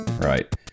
right